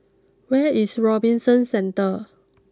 where is Robinson Centre